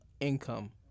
Income